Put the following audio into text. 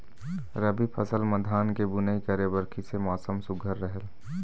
रबी फसल म धान के बुनई करे बर किसे मौसम सुघ्घर रहेल?